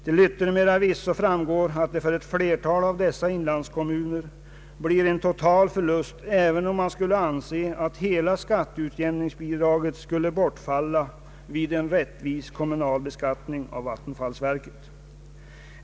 Till yttermera visso framgår att det för ett flertal av dessa inlandskommuner blir en total förlust, även om man skulle anse att hela skatteutjämningsbidraget bortföll vid en rättvis kommunalbeskattning av vattenfallsverket.